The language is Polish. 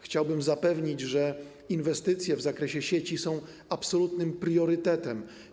Chciałbym zapewnić, że inwestycje w zakresie sieci są absolutnym priorytetem.